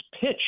pitch